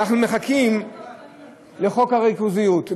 שאנחנו מחכים לחוק הריכוזיות.